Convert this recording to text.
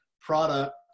product